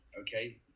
Okay